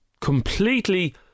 completely